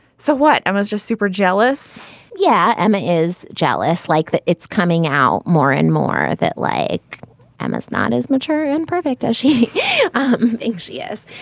so what? i was just super jealous yeah. emma is jealous like that. it's coming out more and more that like emma's not as mature and perfect as she um thinks she is.